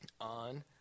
on